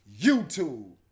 YouTube